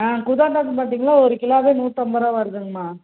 ஆ பார்த்திங்கன்னா ஒரு கிலோவே நூற்றம்பது ரூபா வருதுங்கம்மா